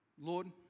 Lord